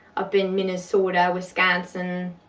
up in minnesota, wisconsin.